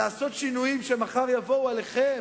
לעשות שינויים שמחר יבואו אליכם